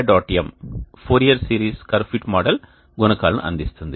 m Fourier series curve fit model గుణకాలను అందిస్తుంది